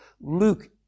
Luke